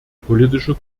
politische